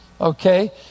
okay